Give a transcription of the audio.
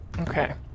Okay